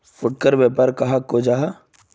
फुटकर व्यापार कहाक को जाहा?